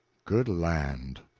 good land!